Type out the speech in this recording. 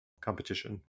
competition